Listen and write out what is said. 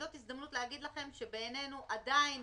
זאת הזדמנות להגיד לכם שבעינינו עדיין